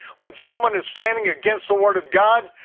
when someone is standing against the word of god,